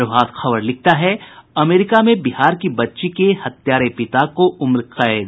प्रभात खबर लिखता है अमेरिका में बिहार की बच्ची के हत्यारे पिता को उम्रकैद